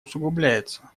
усугубляется